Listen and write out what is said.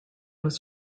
was